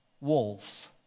wolves